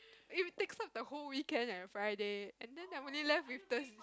it takes up the whole weekend and Friday and then I'm only left with Thurs~